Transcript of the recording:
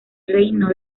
reino